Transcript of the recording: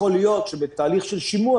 יכול להיות שבתהליך של שימוע,